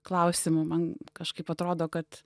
klausimu man kažkaip atrodo kad